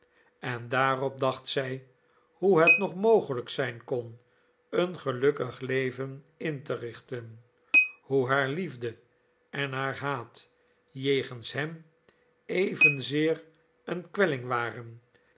en daarop dacht zij hoe het nog mogelijk zijn kon een gelukkig leven in te richten hoe haar liefde en haar haat jegens hem evenzeer een kwelling waren